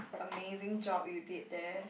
amazing job you did there